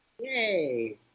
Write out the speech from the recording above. Yay